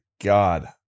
god